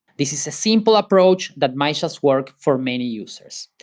this is a simple approach that might just work for many users.